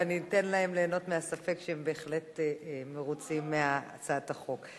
אבל ניתן להם ליהנות מהספק שהם בהחלט מרוצים מהצעת החוק.